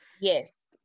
yes